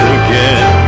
again